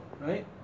right